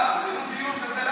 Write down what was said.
לא